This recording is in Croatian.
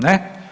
Ne.